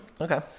Okay